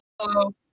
Hello